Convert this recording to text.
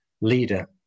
leader